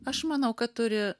aš manau kad turi